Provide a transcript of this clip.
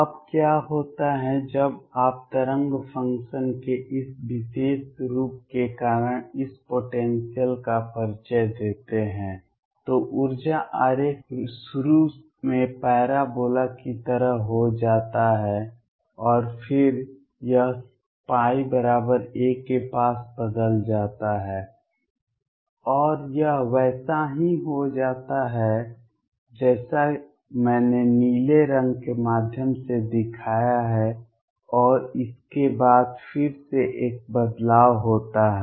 अब क्या होता है जब आप तरंग फ़ंक्शन के इस विशेष रूप के कारण इस पोटेंसियल का परिचय देते हैं तो ऊर्जा आरेख शुरू में पैराबोला की तरह हो जाता है और फिर यह πa के पास बदल जाता है और यह वैसा ही हो जाता है जैसा मैंने नीले रंग के माध्यम से दिखाया है और इसके बाद फिर से एक बदलाव होता है